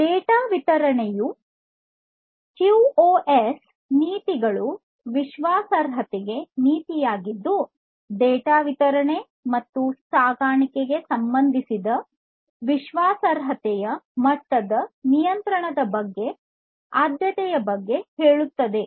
data ವಿತರಣೆಯ QoS ನೀತಿಗಳು ವಿಶ್ವಾಸಾರ್ಹತೆ ನೀತಿಯಾಗಿದ್ದು ಡೇಟಾ ವಿತರಣೆ ಮತ್ತು ಸಾಗಣೆಗೆ ಸಂಬಂಧಿಸಿದ ವಿಶ್ವಾಸಾರ್ಹತೆಯ ಮಟ್ಟದ ನಿಯಂತ್ರಣದ ಬಗ್ಗೆ ಆದ್ಯತೆ ಇದರ ಬಗ್ಗೆ ಹೇಳುತ್ತದೆ